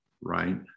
right